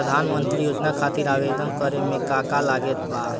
प्रधानमंत्री योजना खातिर आवेदन करे मे का का लागत बा?